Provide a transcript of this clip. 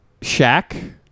Shaq